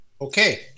Okay